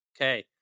Okay